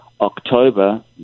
October